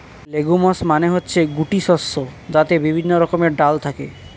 legumes মানে হচ্ছে গুটি শস্য যাতে বিভিন্ন রকমের ডাল থাকে